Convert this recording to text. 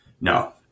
No